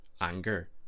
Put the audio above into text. anger